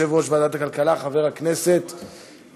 הודעת יושב-ראש ועדת הכנסת אושרה.